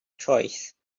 choice